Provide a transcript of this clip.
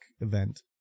event